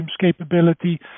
capability